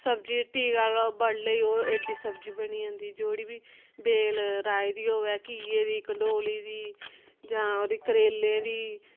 सब्जी टीका लाओ बडलै गी ओह् एड्डी सब्जी बनी जंदी बेल राही दी होऐ घिये दी कंडोली दी जां ओह्दी करेले दी